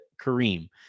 Kareem